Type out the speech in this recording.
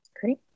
Great